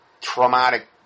Traumatic